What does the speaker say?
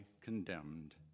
condemned